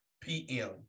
PM